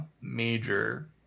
major